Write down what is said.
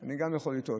אני גם יכול לטעות,